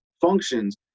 functions